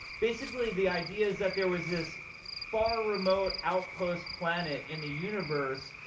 basically, the idea is that there was this far, remote, outpost planet in the universe,